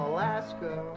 Alaska